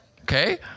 Okay